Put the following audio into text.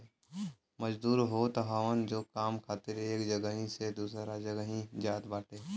मजदूर होत हवन जे काम खातिर एक जगही से दूसरा जगही जात बाटे